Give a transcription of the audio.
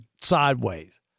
sideways